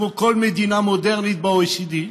כמו בכל מדינה מודרנית ב-OECD,